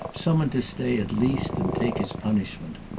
summoned to stay at least and take his punishment.